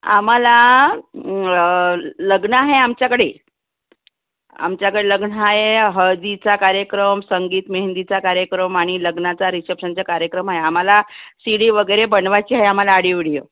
आम्हाला लग्न आहे आमच्याकडे आमच्याकडे लग्न आहे हळदीचा कार्यक्रम संगीत मेहंदीचा कार्यक्रम आणि लग्नाचा रिसेप्शनचा कार्यक्रम आहे आम्हाला सी डी वगैरे बनवायची आहे आम्हाला आडीओ विडीओ